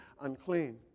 unclean